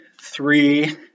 three